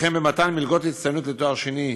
וכן במתן מלגות הצטיינות לתואר שני,